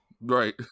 Right